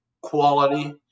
quality